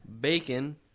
Bacon